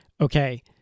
okay